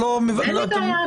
אין לי בעיה.